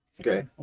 Okay